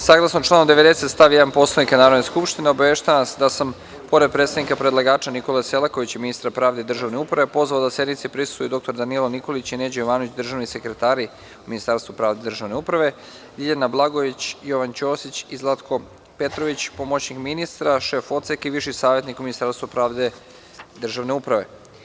Saglasno članu 90. stav 1. Poslovnika Narodne skupštine, obaveštavam vas da sam, pored predstavnika predlagača Nikole Selakovića, ministra pravde i državne uprave, pozvao da sednici prisustvuju i: dr Danilo Nikolić i Neđo Jovanović, državni sekretari u Ministarstvu pravde i državne uprave, Ljiljana Blagojević, Jovan Ćosić i Zlatko Petrović, pomoćnik ministra, šef Odseka i viši savetnik u Ministarstvu pravde i državne uprave.